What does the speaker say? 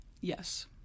Yes